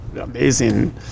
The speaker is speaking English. amazing